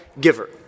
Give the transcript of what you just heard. giver